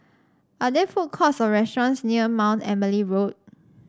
are there food courts or restaurants near Mount Emily Road